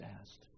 asked